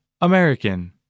American